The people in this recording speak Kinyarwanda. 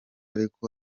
ariko